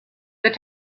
this